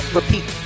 repeat